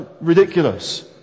Ridiculous